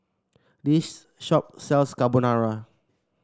this shop sells Carbonara